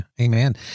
Amen